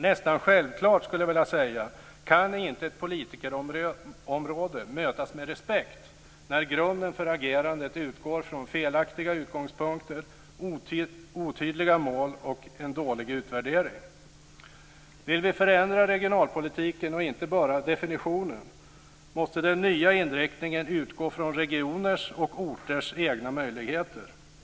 Nästan självklart, skulle jag vilja säga, kan inte ett politikområde mötas med respekt när grunden för agerandet utgår från felaktiga utgångspunkter, otydliga mål och en dålig utvärdering. Vill vi förändra regionalpolitiken och inte bara definitionen, måste den nya inriktningen utgå från regioners och orters egna möjligheter.